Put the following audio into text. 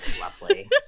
lovely